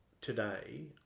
today